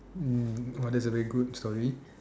um !wah! that's a very good story